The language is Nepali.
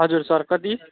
हजुर सर कति